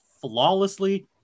flawlessly